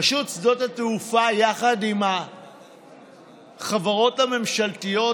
רשות שדות התעופה, יחד עם החברות הממשלתיות,